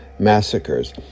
massacres